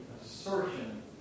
assertion